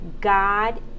God